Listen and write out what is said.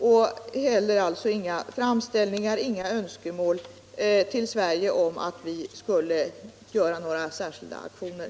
Inte heller har framförts några önskemål till Sverige om att vi skulle vidta några särskilda aktioner.